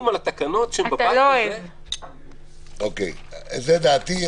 זו דעתי.